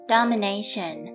Domination